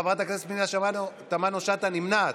חברת הכנסת פנינה תמנו שטה נמנעת.